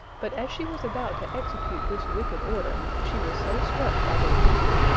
but as she was about to execute this wicked order, she was so struck by their beauty,